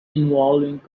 involving